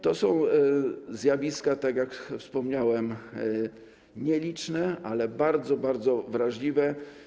To są zjawiska, tak jak wspomniałem, nieliczne, ale bardzo, bardzo wrażliwe.